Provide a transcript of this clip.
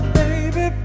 baby